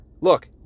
Look